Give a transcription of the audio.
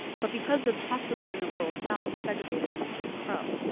but because the hospitals in the rural south were segregated under jim crow,